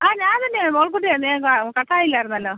ആ ഞാൻ തന്നെയാണ് മോളിക്കുട്ടി തന്നെയാണ് ഞാൻ കട്ടായില്ലായിരുന്നല്ലൊ